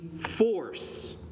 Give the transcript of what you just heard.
force